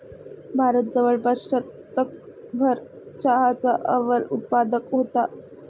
भारत जवळपास शतकभर चहाचा अव्वल उत्पादक होता